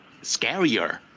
scarier